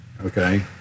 Okay